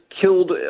killed